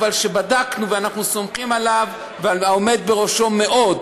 אבל שבדקנו ושאנחנו סומכים עליו ועל העומד בראשו מאוד,